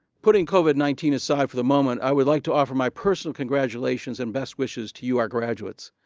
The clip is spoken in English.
putting covid nineteen aside for the moment, i would like to offer my personal congratulations and best wishes to you, our graduates.